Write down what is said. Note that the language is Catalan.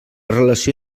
relació